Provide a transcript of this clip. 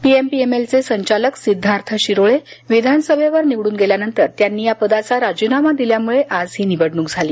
पीएमपीएमएलचे संचालक सिद्धार्थ शिरोळे विधानसभेवर निवडून गेल्यानंतर त्यांनी या पदाचा राजीनामा दिल्यामुळे आज ही निवडणूक झाली